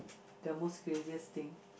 the most craziest thing